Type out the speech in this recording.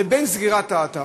לעומת סגירת האתר.